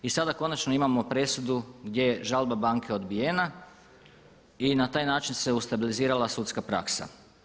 I sada konačno imamo presudu gdje je žalba banke odbijena i na taj način se ustabilizirala sudska praksa.